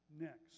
next